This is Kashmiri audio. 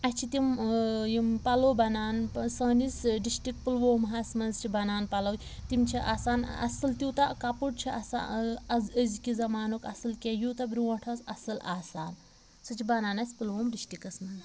اسہِ چھِ تِم ٲں یِم پَلوٚو بَنان ٲں سٲنِس ڈِسٹِرٛکٹ پُلوامہ ہَس منٛز چھِ بَنان پَلوٚو تِم چھِ آسان اصٕل تیٛوتاہ کَپُر چھُ آسان أزکہِ زمانُک اصٕل کیٚنٛہہ یوٗتاہ برٛونٛٹھ ٲس اصٕل آسان سُہ چھِ بَنان اسہِ پُلووٗم ڈِسٹِرٛکَس منٛز